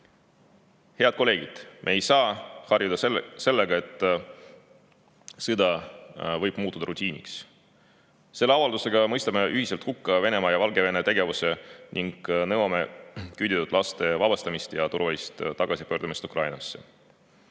kolleegid! Me ei saa harjuda sellega, et sõda võib muutuda rutiiniks. Selle avaldusega mõistame ühiselt hukka Venemaa ja Valgevene tegevuse ning nõuame küüditatud laste vabastamist ja turvalist tagasipöördumist Ukrainasse.